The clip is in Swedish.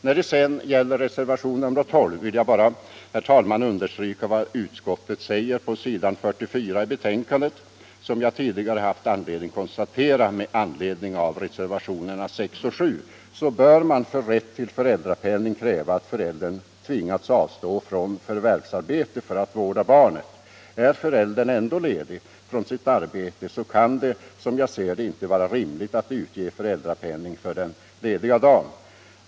När det så gäller reservationen 12 vill jag bara understryka vad utskottet anför på s. 44 i betänkandet. Som jag tidigare har haft anledning att konstatera med anledning av reservationerna 6 och 7 bör man för rätt till föräldrapenning kräva att föräldern tvingats avstå från förvärvsarbete för att vårda barnet. Är föräldern ändå ledig från sitt arbete kan det, som jag ser det, inte vara rimligt att utge föräldrapenning för den lediga dagen.